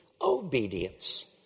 obedience